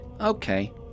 Okay